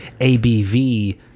ABV